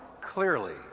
clearly